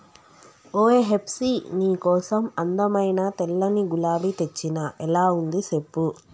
ఓయ్ హెప్సీ నీ కోసం అందమైన తెల్లని గులాబీ తెచ్చిన ఎలా ఉంది సెప్పు